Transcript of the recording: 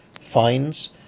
fines